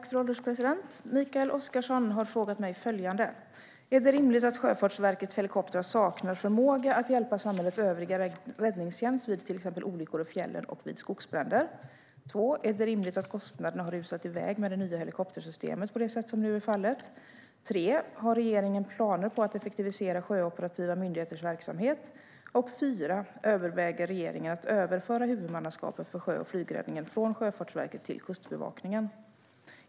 Fru ålderspresident! Mikael Oscarsson har frågat mig följande: Är det rimligt att Sjöfartsverkets helikoptrar saknar förmåga att hjälpa samhällets övriga räddningstjänst vid till exempel olyckor i fjällen och vid skogsbränder? Är det rimligt att kostnaderna har rusat iväg med det nya helikoptersystemet på det sätt som nu är fallet? Har regeringen planer på att effektivisera sjöoperativa myndigheters verksamhet? Överväger regeringen att överföra huvudmannaskapet för sjö och flygräddningen från Sjöfartsverket till Kustbevakningen?